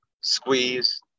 squeeze